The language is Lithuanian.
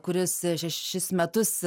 kuris šešis metus